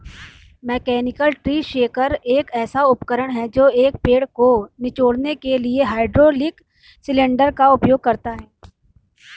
mechanical tree shaker एक ऐसा उपकरण है जो एक पेड़ को निचोड़ने के लिए हाइड्रोलिक सिलेंडर का उपयोग करता है